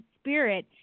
spirit